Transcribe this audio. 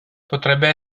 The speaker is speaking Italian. potrebbe